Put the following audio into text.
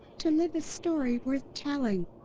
to live a story worth telling.